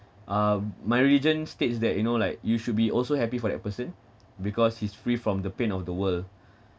um my religion states that you know like you should be also happy for that person because he's free from the pain of the world